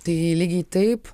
tai lygiai taip